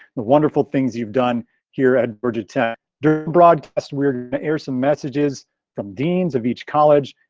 the wonderful things you've done here at georgia tech broadcast, we're gonna air some messages from dean's of each college.